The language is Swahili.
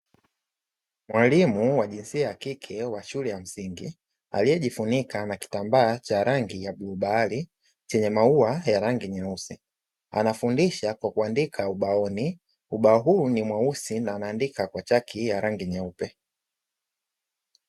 Mwalimu wa jinsia ya kike wa shule ya msingi, aliyejifunika na kitambaa cha rangi ya bluu bahari chenye maua ya rangi nyeusi, anafundisha kwa kuandika ubaoni; ubao huu ni mweusi na unaandika kwa chaki nyeupe.